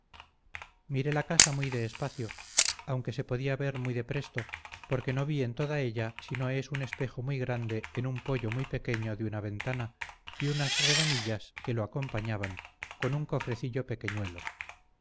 miré la casa muy de espacio aunque se podía ver muy de presto porque no vi en toda ella sino es un espejo muy grande en un poyo muy pequeño de una ventana y unas redomillas que lo acompañaban con un cofrecillo pequeñuelo